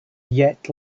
yet